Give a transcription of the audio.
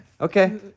Okay